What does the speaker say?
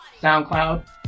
SoundCloud